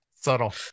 subtle